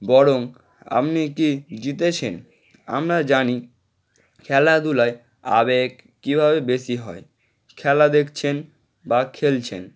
বরং আপনি কি জিতেছেন আমরা জানি খেলাধুলায় আবেগ কিভাবে বেশি হয় খেলা দেখছেন বা খেলছেন